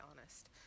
honest